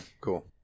cool